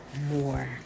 more